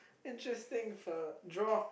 interesting fellow draw